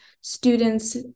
students